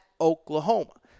Oklahoma